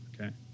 Okay